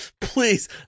please